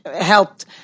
helped